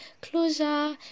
closure